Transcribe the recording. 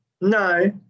no